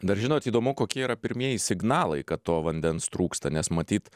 dar žinot įdomu kokie yra pirmieji signalai kad to vandens trūksta nes matyt